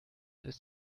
ist